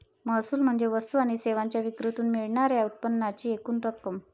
महसूल म्हणजे वस्तू आणि सेवांच्या विक्रीतून मिळणार्या उत्पन्नाची एकूण रक्कम